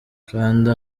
kanda